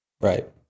Right